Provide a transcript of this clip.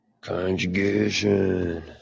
Conjugation